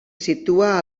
situa